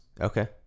okay